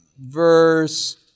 verse